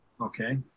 Okay